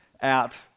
out